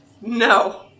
No